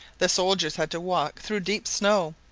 the soldiers had to walk through deep snow,